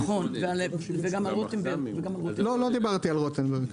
נכון, וגם על רוטנברג.